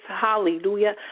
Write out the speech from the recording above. Hallelujah